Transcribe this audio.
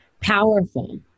powerful